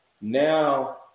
now